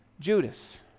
Judas